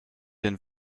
den